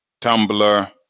Tumblr